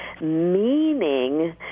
meaning